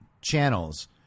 channels